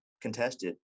contested